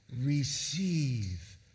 Receive